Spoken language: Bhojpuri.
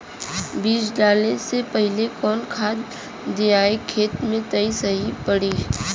बीज डाले से पहिले कवन खाद्य दियायी खेत में त सही पड़ी?